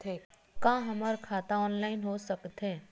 का हमर खाता ऑनलाइन हो सकथे?